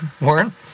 Warren